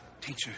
Teacher